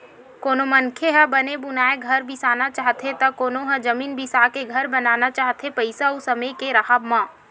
कोनो मनखे ह बने बुनाए घर बिसाना चाहथे त कोनो ह जमीन बिसाके घर बनाना चाहथे पइसा अउ समे के राहब म